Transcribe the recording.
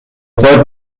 پات